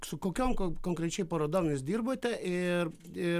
su kokiom ko konkrečiai parodom jūs dirbate ir ir